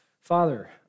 Father